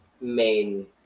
main